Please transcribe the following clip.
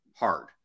Hard